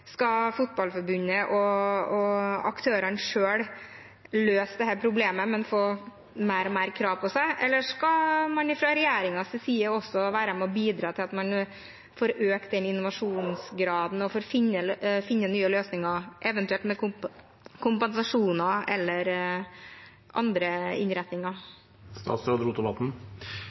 Skal Fotballforbundet og aktørene selv løse dette problemet og få mer og mer krav på seg, eller skal man fra regjeringens side også være med og bidra til at man får økt innovasjonsgraden for å finne nye løsninger, eventuelt med kompensasjon eller andre innretninger?